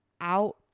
out